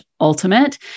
ultimate